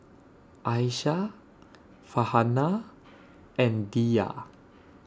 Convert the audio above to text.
Aisyah Farhanah and Dhia